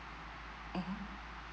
mmhmm